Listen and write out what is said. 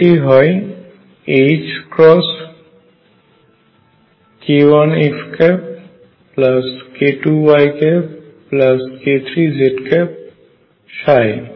যেটি হয় k1x k2y k3z